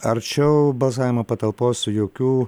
arčiau balsavimo patalpos jokių